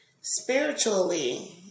Spiritually